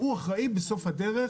הוא אחראי בסוף הדרך